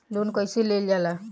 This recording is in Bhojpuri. लोन कईसे लेल जाला?